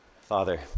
Father